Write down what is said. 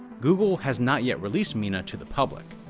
google has not yet released meena to the public.